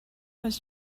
was